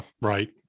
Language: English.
Right